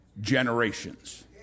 generations